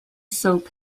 soap